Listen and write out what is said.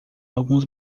alguns